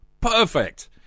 Perfect